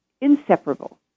inseparable